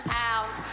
pounds